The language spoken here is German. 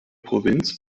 provinz